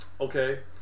okay